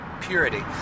purity